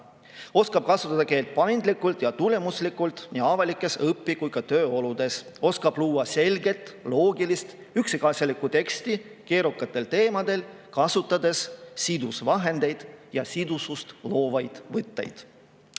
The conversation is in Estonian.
Oskab kasutada keelt paindlikult ja tulemuslikult nii avalikes, õpi- kui ka tööoludes. Oskab luua selget, loogilist, üksikasjalikku teksti keerukatel teemadel, kasutades sidusvahendeid ja sidusust loovaid võtteid."